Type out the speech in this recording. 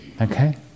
Okay